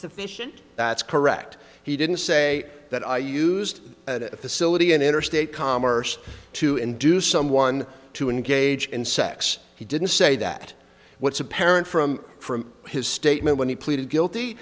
sufficient that's correct he didn't say that i used a facility in interstate commerce to induce someone to engage in sex he didn't say that what's apparent from from his statement when he pleaded guilty